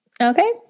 Okay